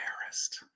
embarrassed